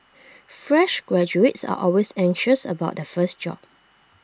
fresh graduates are always anxious about their first job